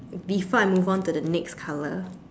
before I move on to the next color